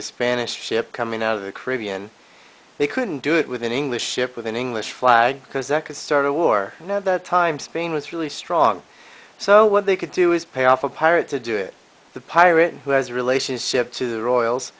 a spanish ship coming out of the caribbean they couldn't do it with an english ship with an english flag because that could start a war time spain was really strong so what they could do is pay off a pirate to do it the pirate who has a relationship to the royals